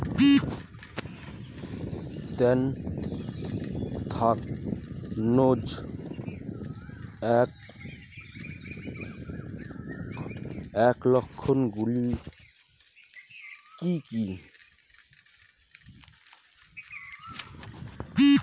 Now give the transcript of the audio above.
Anthracnose এর লক্ষণ গুলো কি কি?